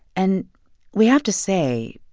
and we have to say,